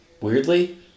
weirdly